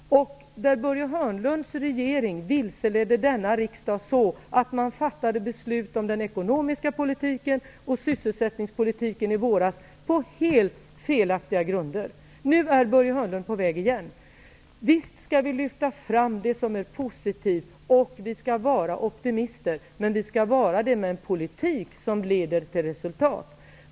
Börje Hörnlunds regering vilseledde då denna riksdag så att man fattade beslut om den ekonomiska politiken och sysselsättningspolitiken på helt felaktiga grunder. Nu är Börje Hörnlund på väg att göra det igen. Visst skall vi lyfta fram det som är positivt och vara optimister, men vi skall vara det med en politik som leder till resultat.